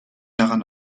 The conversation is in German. daran